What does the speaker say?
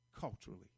culturally